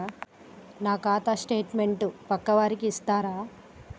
నా ఖాతా స్టేట్మెంట్ పక్కా వారికి ఇస్తరా?